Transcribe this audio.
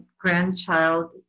grandchild